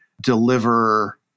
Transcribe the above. deliver